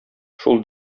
шул